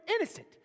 innocent